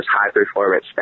high-performance